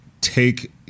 take